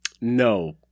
No